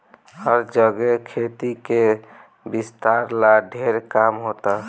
हर जगे खेती के विस्तार ला ढेर काम होता